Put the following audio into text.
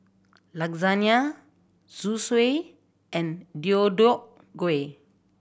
Lasagne Zosui and Deodeok Gui